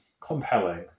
compelling